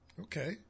Okay